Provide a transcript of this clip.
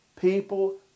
People